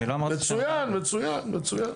אני לא אמרתי שאני --- מצוין, מצוין, מצוין.